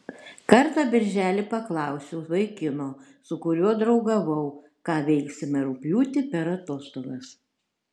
kartą birželį paklausiau vaikino su kuriuo draugavau ką veiksime rugpjūtį per atostogas